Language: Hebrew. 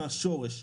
מהשורש.